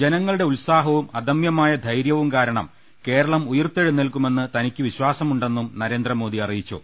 ജനങ്ങളുടെ ഉത്സാഹവും അധമ്യമായ ധൈരൃവും കാരണം കേരളം ഉയർത്തെഴുന്നേൽക്കുമെന്ന് തനിക്ക് വിശ്വാസമുണ്ടെന്നും നരേന്ദ്രമോദി അറിയിച്ചു